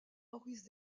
maurice